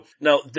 now